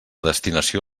destinació